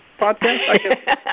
podcast